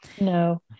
No